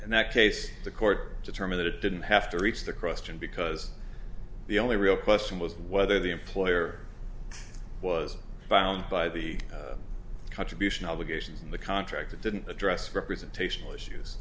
and that case the court determine that it didn't have to reach the crust and because the only real question was whether the employer was bound by the contribution obligations in the contract it didn't address representational issues